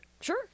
Sure